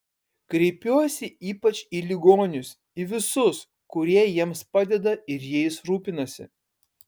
kreipiuosi ypač į ligonius į visus kurie jiems padeda ir jais rūpinasi